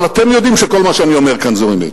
אבל אתם יודעים שכל מה שאני אומר כאן זו אמת.